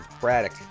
Braddock